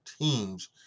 teams